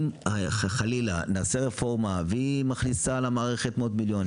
אם חלילה נעשה רפורמה והיא מכניסה למערכת מאות מיליונים